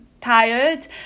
tired